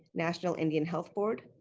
national indian health board.